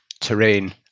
terrain